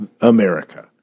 America